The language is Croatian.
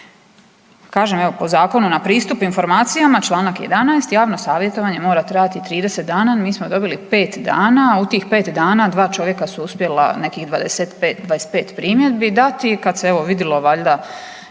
Kažem, evo po Zakonu na pristup informacijama čl. 11. javno savjetovanje mora trajati 30 dana, mi smo dobili pet dana, a u tih pet dana dva čovjeka su uspjela nekih 25 primjedbi dati i kad se vidjelo valjda